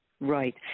Right